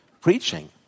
preaching